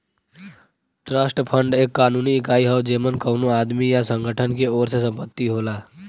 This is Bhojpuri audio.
ट्रस्ट फंड एक कानूनी इकाई हौ जेमन कउनो आदमी या संगठन के ओर से संपत्ति होला